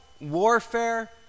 warfare